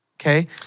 Okay